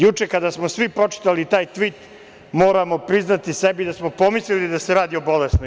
Juče kada smo svi pročitali taj tvit, moramo priznati sebi da smo pomislili da se radi o bolesnoj